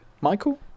michael